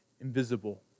invisible